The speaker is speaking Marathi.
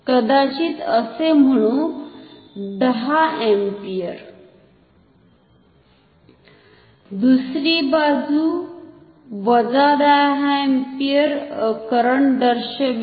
कदाचित असे म्हणू 10 अँपिअर दुसरी बाजु वजा 10 अँपिअर करंट दर्शवेल